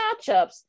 matchups